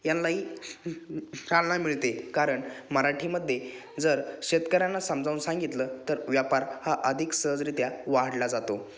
यांनाही चालना मिळते कारण मराठीमध्ये जर शेतकऱ्यांना समजावून सांगितलं तर व्यापार हा अधिक सहजरित्या वाढला जातो